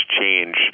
change